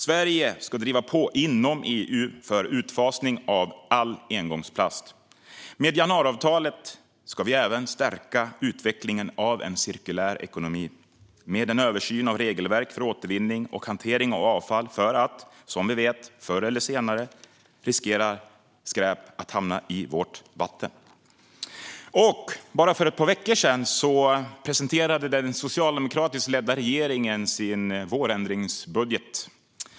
Sverige ska driva på inom EU för utfasning av all engångsplast. Med januariavtalet ska vi även stärka utvecklingen av en cirkulär ekonomi med en översyn av regelverk för återvinning och hantering av avfall eftersom, som ni vet, förr eller senare riskerar skräp att hamna i våra vatten. Bara för ett par veckor sedan presenterade den socialdemokratiskt ledda regeringen sin vårändringsbudget.